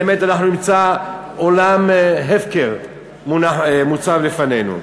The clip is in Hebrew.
באמת אנחנו נמצא עולם הפקר מוצע לפנינו.